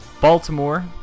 Baltimore